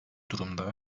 durumda